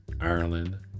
Ireland